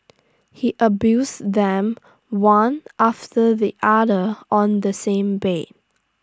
he abused them one after the other on the same bed